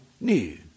new